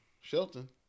Shelton